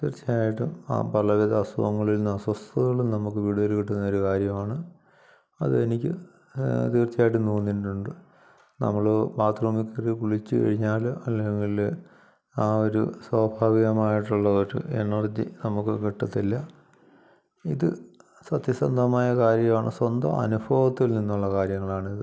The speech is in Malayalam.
തീർച്ചയായിട്ടും പലവിധ അസുഖങ്ങളിൽ നിന്ന് അസ്വസ്ഥതകളിൽ നമുക്ക് ഒരു കാര്യമാണ് അത് എനിക്ക് തീർച്ചയായിട്ടും തോന്നിയിട്ടുണ്ട് നമ്മൾ ബാത്റൂമിൽ പോയിട്ട് കുളിച്ച് കഴിഞ്ഞാൽ അല്ലെങ്കിൽ ആ ഒരു സ്വാഭാവികമായിട്ടുള്ള ഒരു എനർജി നമുക്ക് കിട്ടത്തില്ല ഇത് സത്യസന്ധമായ കാര്യമാണ് സ്വന്തം അനുഭവത്തിൽ നിന്നുള്ള കാര്യങ്ങളാണിത്